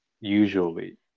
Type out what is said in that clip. usually